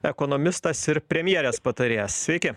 ekonomistas ir premjerės patarėjas sveiki